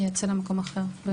יצא למקום אחר.